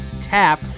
tap